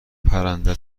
پرنده